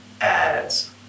ads